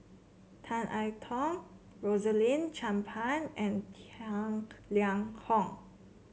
Tan I Tong Rosaline Chan Pang and Tang Liang Hong